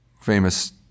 famous